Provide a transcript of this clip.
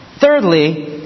Thirdly